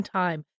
time